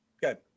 Good